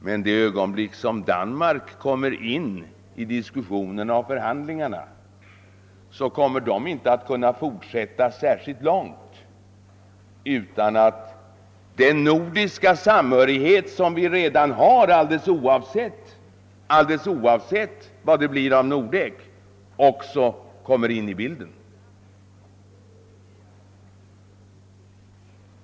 Sedan Danmark har kommit med i förhandlingarna kan det inte dröja särskilt länge innan den nordiska samhörighet som vi redan har, alldeles oavsett av vad det blir av Nordek, ock så måste komma in i bilden.